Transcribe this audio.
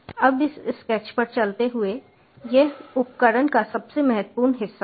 अब इस स्केच पर चलते हुए यह उपकरण का सबसे महत्वपूर्ण हिस्सा है